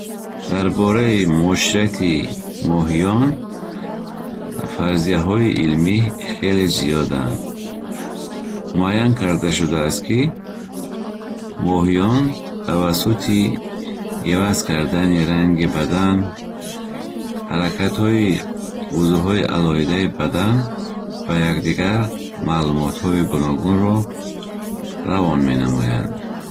Дар бораи муоширати моҳиён фарзияҳои илмӣ хеле зиёданд. Муаяйн карда шудааст, ки моҳиён тавассути иваз кардани ранги бадан, ҳаракатҳои узвҳои алоҳидаи бадан ба якдигар маълумотҳои гуногунро равон менамоянд.